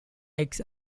eggs